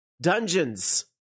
Dungeons